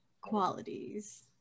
qualities